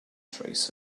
trace